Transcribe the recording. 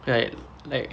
like like